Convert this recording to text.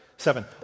Seven